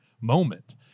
moment